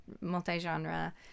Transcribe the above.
multi-genre